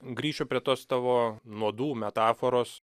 grįšiu prie tos tavo nuodų metaforos